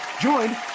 joined